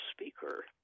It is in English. Speaker